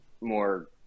more